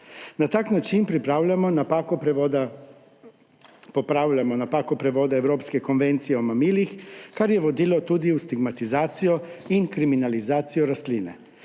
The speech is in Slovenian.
Na tak način popravljamo napako prevoda Evropske konvencije o mamilih, ki je vodila tudi v stigmatizacijo in kriminalizacijo rastline.